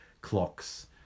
clocks